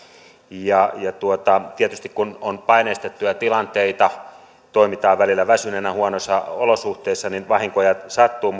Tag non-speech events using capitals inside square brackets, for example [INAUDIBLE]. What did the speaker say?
ja tietysti kun on paineistettuja tilanteita toimitaan välillä väsyneenä huonoissa olosuhteissa vahinkoja sattuu [UNINTELLIGIBLE]